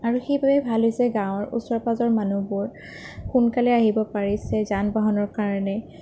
আৰু সেইবাবে ভাল হৈছে গাওঁৰ ওচৰ পাজৰ মানুহবোৰ সোনকালে আহিব পাৰিছে যান বাহনৰ কাৰণে